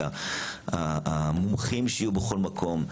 אלא שיהיו בכל מקום מומחים,